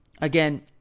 Again